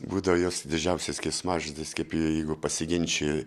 būdavo jos didžiausias keiksmažodis kaip jeigu pasiginčiji